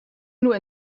nur